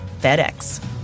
FedEx